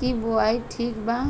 की बुवाई ठीक बा?